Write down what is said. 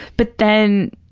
but then,